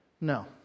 No